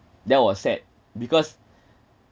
that was sad because